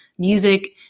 music